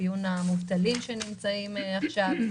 אפיון המובטלים שנמצאים עכשיו,